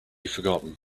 forgotten